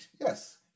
Yes